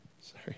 sorry